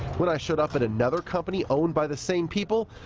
when i showed up at another company owned by the same people,